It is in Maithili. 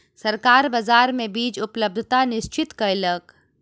सरकार बाजार मे बीज उपलब्धता निश्चित कयलक